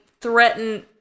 threaten